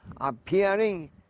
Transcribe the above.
appearing